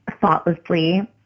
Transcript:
thoughtlessly